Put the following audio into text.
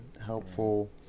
helpful